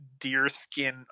deerskin